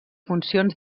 funcions